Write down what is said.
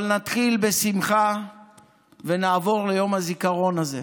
אבל נתחיל בשמחה ונעבור ליום הזיכרון הזה.